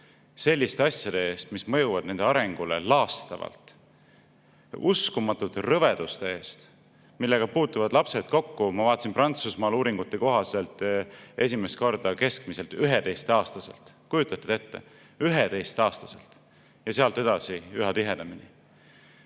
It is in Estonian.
selliste asjade eest, mis mõjuvad nende arengule laastavalt, ja uskumatute rõveduste eest, millega puutuvad lapsed kokku – ma vaatasin – Prantsusmaa uuringute kohaselt esimest korda keskmiselt 11-aastaselt? Kujutate te ette, 11-aastaselt? Ja sealt edasi üha tihedamini.